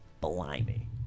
Blimey